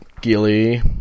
Gilly